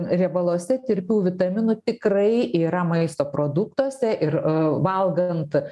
riebaluose tirpių vitaminų tikrai yra maisto produktuose ir valgant